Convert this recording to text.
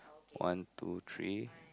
one two three